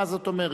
מה זאת אומרת,